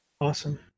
Awesome